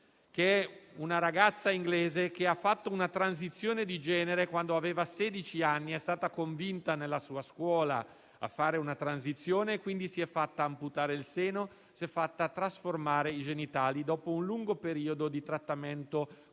una ragazza inglese che ha fatto una transizione di genere quando aveva sedici anni. È stata convinta nella sua scuola a fare una transizione e quindi si è fatta amputare il seno e si è fatta trasformare i genitali, dopo un lungo periodo di trattamento con